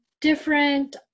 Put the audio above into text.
different